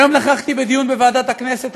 היום נכחתי בדיון בוועדת הכנסת.